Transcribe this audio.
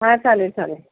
हां चालेल चालेल